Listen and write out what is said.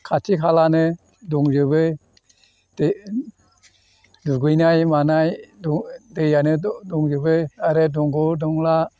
खाथि खालानो दंजोबो दै दुगैनाय मानाय दै दैआनो दंजोबो आरो दंग' दंला